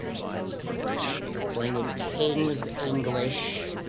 fine they're playing a king's english